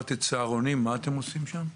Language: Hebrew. הזכרת את סהרונים, מה אתם עושים שם?